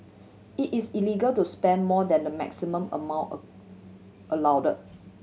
it is illegal to spend more than the maximum amount allowed